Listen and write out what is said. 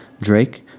Drake